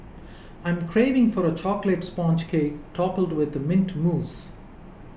I'm craving for a Chocolate Sponge Cake Topped with Mint Mousse